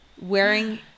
Wearing